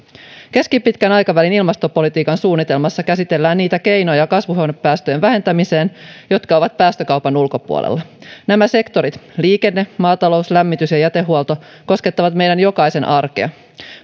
keskipitkän aikavälin ilmastopolitiikan suunnitelmassa käsitellään niitä keinoja kasvihuonepäästöjen vähentämiseen jotka ovat päästökaupan ulkopuolella nämä sektorit liikenne maatalous lämmitys ja jätehuolto koskettavat meidän jokaisen arkea